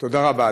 תודה רבה.